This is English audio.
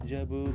Jabu